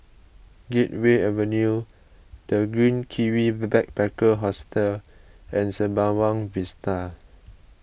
Gateway Avenue the Green Kiwi Backpacker Hostel and Sembawang Vista